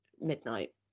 midnight